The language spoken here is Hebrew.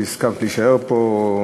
שהסכמת להישאר פה,